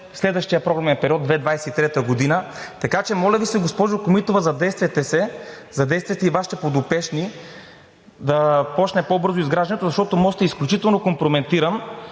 следващия програмен период – 2023 г. Така че, моля Ви се, госпожо Комитова, задействайте се, задействайте и Вашите подопечни да започне по-бързо изграждането, защото мостът е изключително компрометиран.